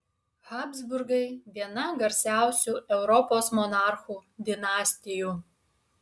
habsburgai viena garsiausių europos monarchų dinastijų